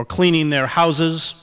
or cleaning their houses